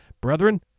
Brethren